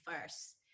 first